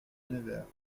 nevers